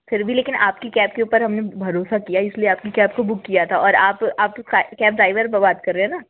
फिर भी लेकिन आपकी कैब के ऊपर हमने भरोसा किया इसलिए आपकी कैब को बुक किया था और आप आप कैब ड्राईवर बात कर रहे हैं ना